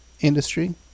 industry